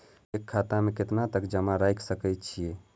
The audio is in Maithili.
एक खाता में केतना तक जमा राईख सके छिए?